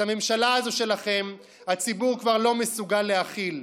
את הממשלה הזו שלכם הציבור כבר לא מסוגל להכיל.